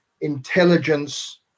intelligence